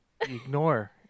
Ignore